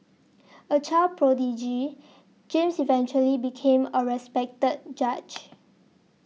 a child prodigy James eventually became a respected judge